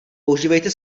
používejte